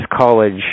College